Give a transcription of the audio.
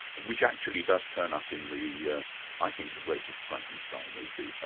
which actually does turn up in the, yeah i think, the greatest frankenstein movie,